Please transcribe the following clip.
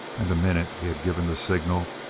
and the minute he had given the signal,